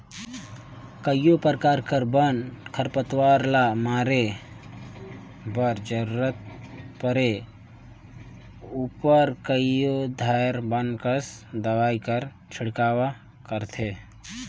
कइयो परकार कर बन, खरपतवार ल मारे बर जरूरत परे उपर कइयो धाएर बननासक दवई कर छिड़काव करथे